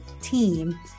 team